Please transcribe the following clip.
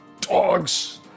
dogs